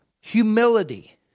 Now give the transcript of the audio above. Humility